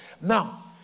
Now